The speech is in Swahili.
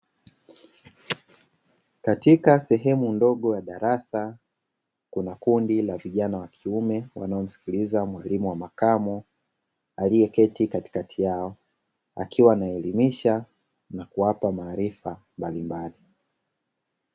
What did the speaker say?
Katika sehemu ndogo ya darasa, kuna kundi la vijana wa wakiume wanaomsikiliza mwalimu wa makamo aliyeketi katikati yao, akiwa anaelimisha na kuwapa maarifa mbalimbali.